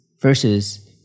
versus